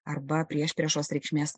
arba priešpriešos reikšmės